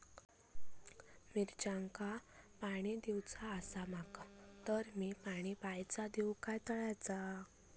मिरचांका पाणी दिवचा आसा माका तर मी पाणी बायचा दिव काय तळ्याचा?